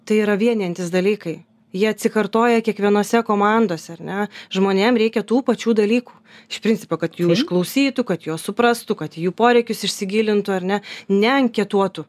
tai yra vienijantys dalykai jie atsikartoja kiekvienose komandose ar ne žmonėm reikia tų pačių dalykų iš principo kad jų išklausytų kad juos suprastų kad į jų poreikius įsigilintų ar ne ne anketuotų